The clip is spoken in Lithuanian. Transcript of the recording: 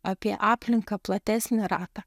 apie aplinką platesnį ratą